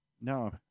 no